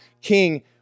king